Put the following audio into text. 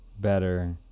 better